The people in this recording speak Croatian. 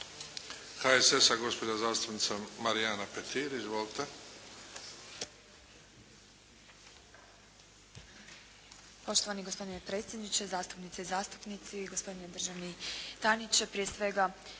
HSS-a gospođa zastupnica Marijana Petir. Izvolite. **Petir, Marijana (HSS)** Poštovani gospodine predsjedniče, zastupnice i zastupnici, gospodine državni tajniče. Prije svega